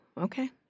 okay